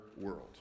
world